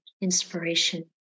inspiration